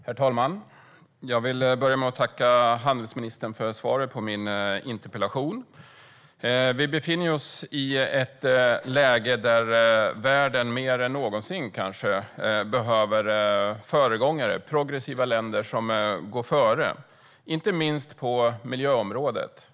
Herr talman! Jag vill börja med att tacka handelsministern för svaret på min interpellation. Vi befinner ju oss i ett läge där världen kanske mer än någonsin behöver föregångare, progressiva länder som går före. Det gäller inte minst på miljöområdet.